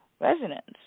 residents